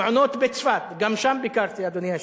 המעונות בצפת, גם שם ביקרתי, אדוני היושב-ראש.